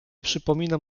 przypominam